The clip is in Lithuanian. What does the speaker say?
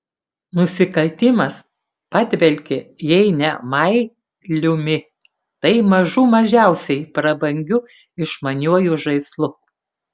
nusikaltimas padvelkė jei ne mailiumi tai mažų mažiausiai prabangiu išmaniuoju žaislu